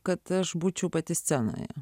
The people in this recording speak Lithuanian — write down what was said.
kad aš būčiau pati scenoje